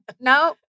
No